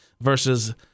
versus—